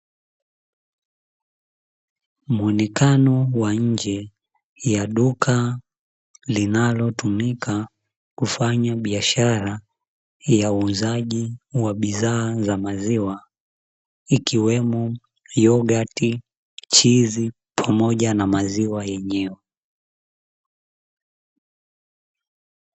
Muonekano wa nje ya duka linalotumika kufanya biashara ya uuzaji wa bidhaa za maziwa, ikiwemo yogati, chiizi, pamoja na maziwa yenyewe.